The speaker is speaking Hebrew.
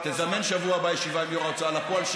תזמן בשבוע הבא ישיבה עם יו"ר ההוצאה לפועל,